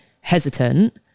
hesitant